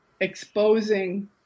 exposing